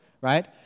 right